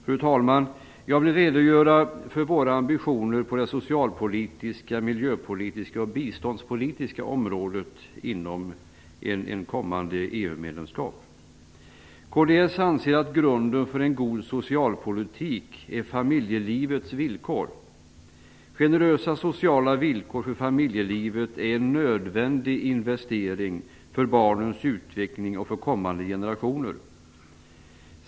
Fru talman! Jag vill redogöra för våra ambitioner på det socialpolitiska, det miljöpolitiska och det biståndspolitiska området vid ett kommande EU Kds anser att grunden för en god socialpolitik är familjelivets villkor. Generösa sociala villkor för familjelivet är en nödvändig investering för barnens utveckling och för kommande generationer.